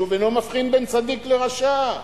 שוב אינו מבחין בין צדיק לרשע.